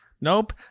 nope